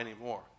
anymore